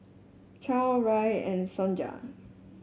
Chadd Rahn and Sonja